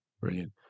Brilliant